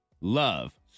love